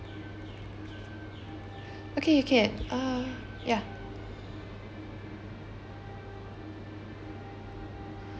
okay can err ya